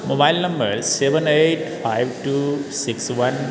mobile number seven eight five two six one